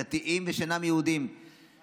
דתיים ושאינם דתיים,